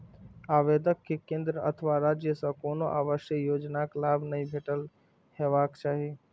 आवेदक कें केंद्र अथवा राज्य सं कोनो आवासीय योजनाक लाभ नहि भेटल हेबाक चाही